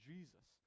Jesus